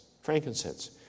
Frankincense